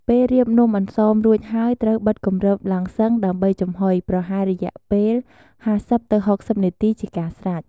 ពេលរៀបនំអន្សមរួចហើយត្រូវបិទគម្របឡាំងសុឹងដើម្បីចំហ៊ុយ ប្រហែលរយៈពេល ៥០ ទៅ ៦០នាទីជាការស្រេច។